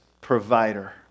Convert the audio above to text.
provider